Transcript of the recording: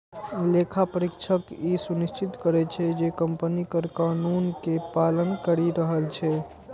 लेखा परीक्षक ई सुनिश्चित करै छै, जे कंपनी कर कानून के पालन करि रहल छै